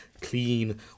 Clean